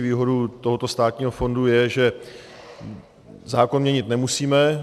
Výhodou tohoto státního fondu je, že zákon měnit nemusíme.